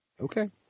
Okay